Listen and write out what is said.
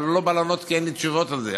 אבל אני לא בא לענות, כי אין לי תשובות על זה.